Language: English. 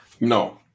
No